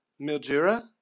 Mildura